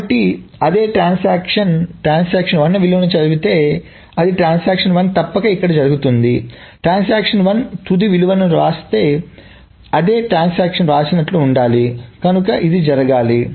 కాబట్టి అదే transaction transaction one విలువను చదివితే అది ట్రాన్సాక్షన్1 తప్పక ఇక్కడ చదువుతుంది ట్రాన్సాక్షన్1 తుది విలువను వ్రాస్తే అదే ట్రాన్సాక్షన్ వ్రాసినట్లు ఉండాలి కనుక ఇది జరగాలి